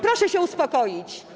Proszę się uspokoić.